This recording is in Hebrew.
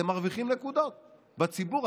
אתם מרוויחים נקודות בציבור.